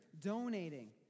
donating